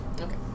Okay